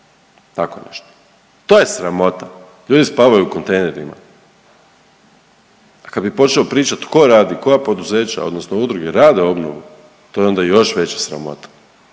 tako nešto. To je sramota, ljudi spavaju u kontejnerima, a kad bi počeo pričat tko radi, koja poduzeća odnosno udruge rade obnovu to je onda još veća sramota